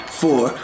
four